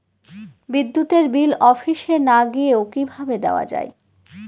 বিদ্যুতের বিল অফিসে না গিয়েও কিভাবে দেওয়া য়ায়?